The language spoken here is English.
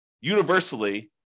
universally